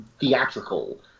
theatrical